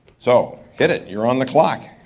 so hit it, you're on the clock.